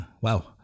wow